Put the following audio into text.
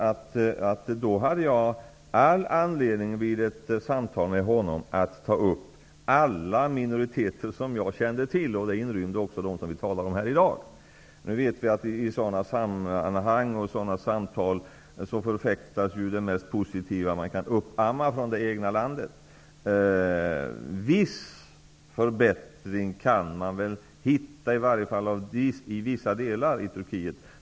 Jag hade all anledning att vid ett samtal med honom ta upp situationen för alla minoriteter som jag känner till, och det inrymde också dem vi talar om i dag. Nu vet vi att det i sådana sammanhang och samtal förfäktas det mest positiva man kan uppamma från det egna landet. Viss förbättring kan man väl hitta i varje fall i vissa delar av Turkiet.